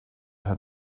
had